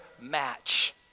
match